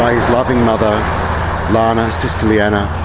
his loving mother lana, sister leanna,